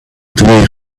doing